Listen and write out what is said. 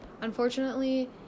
Unfortunately